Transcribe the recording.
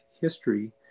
history